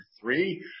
three